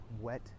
wet